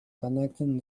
connecting